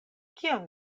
kion